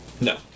No